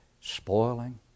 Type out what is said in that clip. spoiling